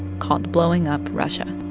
called blowing up russia.